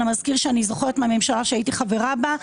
המזכיר שאני זוכרת מהממשלה שהייתי חברה בה,